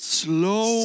slow